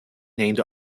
named